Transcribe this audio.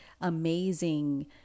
amazing